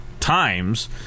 Times